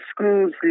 schools